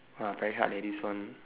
ah very hard leh this one